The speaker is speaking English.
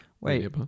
Wait